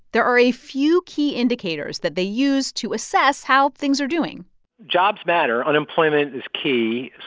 there are a few key indicators that they use to assess how things are doing jobs matter. unemployment is key.